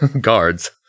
guards